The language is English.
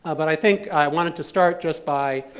ah but i think i wanted to start just by,